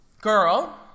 girl